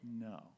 No